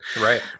right